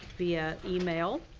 via email.